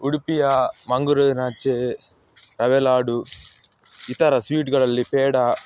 ಉಡುಪಿಯ ಮಂಗ್ಳೂರಿನಾಚೆ ರವೆಲಾಡು ಇತರ ಸ್ವೀಟ್ಗಳಲ್ಲಿ ಪೇಡ